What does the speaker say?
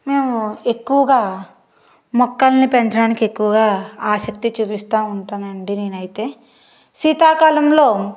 మేము ఎక్కువగా మొక్కల్ని పెంచడానికి ఎక్కువగా ఆసక్తి చూపిస్తా ఉంటానండి నేనైతే శీతాకాలంలో